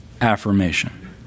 affirmation